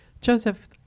Joseph